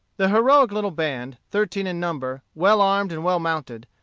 the heroic little band, thirteen in number, well armed and well mounted,